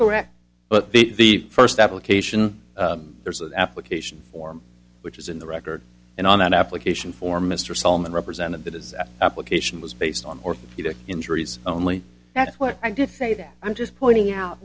correct but the first application there's an application form which is in the record and on an application form mr solomon represented as application was based on orthopedic injuries only what i did say that i'm just pointing out